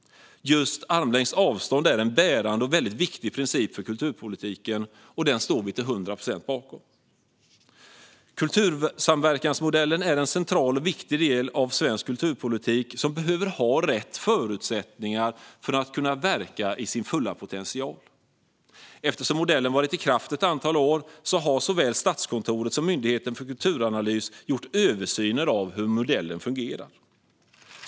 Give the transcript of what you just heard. Just armlängds avstånd är en bärande och viktig princip för kulturpolitiken. Den står vi till hundra procent bakom. Kultursamverkansmodellen är en central och viktig del av svensk kulturpolitik, som behöver ha rätt förutsättningar för att kunna verka i sin fulla potential. Eftersom modellen varit i kraft ett antal år har såväl Statskontoret som Myndigheten för kulturanalys gjort översyner av hur modellen fungerar.